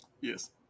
Yes